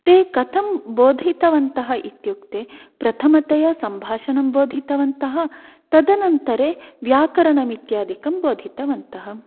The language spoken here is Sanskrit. ते कथं बोधितवन्तः इत्युक्ते प्रथमतया सम्भाषणं बोधितवन्तः तदनन्तरं व्याकरणम् इत्यादिकं बोधितवन्तः